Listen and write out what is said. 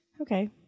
Okay